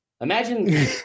Imagine